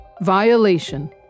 Violation